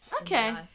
Okay